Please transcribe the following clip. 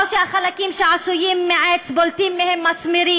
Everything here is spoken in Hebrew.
או שהחלקים שעשויים מעץ, בולטים מהם מסמרים.